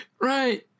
right